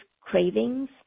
cravings